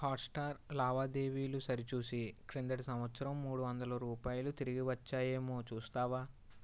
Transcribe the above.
Hotstar లావాదేవీలు సరిచూసి క్రిందటి సంవత్సరం మూడు వందల రూపాయలు తిరిగి వచ్చాయేమో చూస్తావా